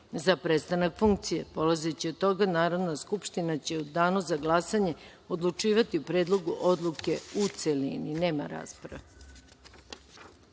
za prestanak funkcije. Polazeći od toga, Narodna skupština će u Danu za glasanje odlučivati o Predlogu odluke, u celini. Poštovani